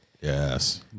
yes